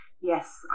yes